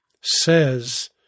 says